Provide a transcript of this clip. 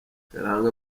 karanga